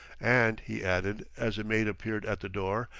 and, he added, as a maid appeared at the door,